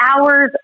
hours